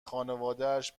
خانوادش